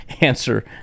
answer